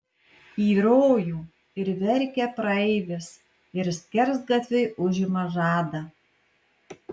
į rojų ir verkia praeivis ir skersgatviui užima žadą